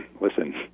listen